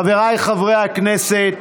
חבריי חברי הכנסת,